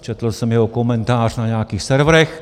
Četl jsem jeho komentář na nějakých serverech.